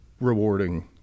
rewarding